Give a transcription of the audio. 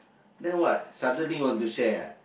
then what suddenly want to share ah